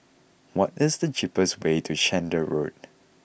what is the cheapest way to Chander Road